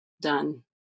done